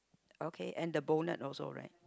okay and the bonnet also right